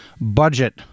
budget